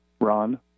Ron